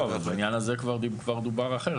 העניין הזה כבר דובר אחרת.